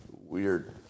weird